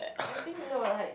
I think no like